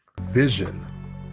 Vision